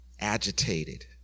agitated